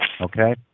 okay